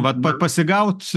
vat pa pasigaut